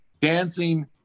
dancing